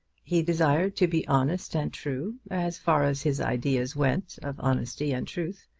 he desired to be honest and true, as far as his ideas went of honesty and truth,